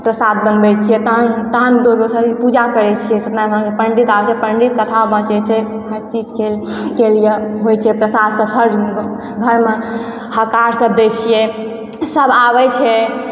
प्रसाद बनबै छियै तहन पूजा करै छियै सत्यनारायण भगवान के पंडित आबै छै पंडित कथा बांचै छै हर चीज के लिए होइ छै प्रसाद सब हर घर मे हकार सब दै छियै सब आबै छै